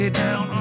down